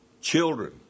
children